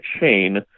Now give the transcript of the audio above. chain